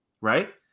right